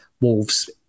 Wolves